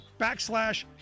backslash